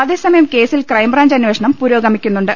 അതേസമയം കേസിൽ ക്രൈംബ്രാഞ്ച് അന്വേഷണം പുരോ ഗമിക്കുന്നുണ്ട്